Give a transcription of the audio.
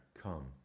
come